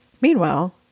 Meanwhile